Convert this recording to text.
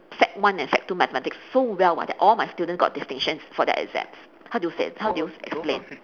sec one and sec two mathematics so well ah that all my students got distinctions for their exams how do you say how do you explain